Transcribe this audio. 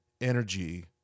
energy